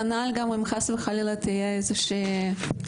כנ"ל גם אם חס וחלילה תהיה רעידת אדמה.